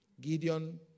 Gideon